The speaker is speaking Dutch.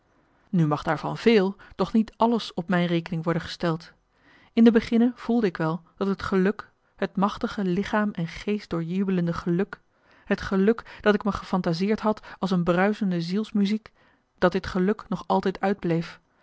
nu mag daarvan veel doch niet alles op mijn rekening worden gesteld in de beginne voelde ik wel dat het geluk het machtige lichaam en geestdoorjubelende geluk het geluk dat ik me gefantaseerd had als een bruisende zielsmuziek dat dit geluk nog altijd uitbleef